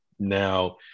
Now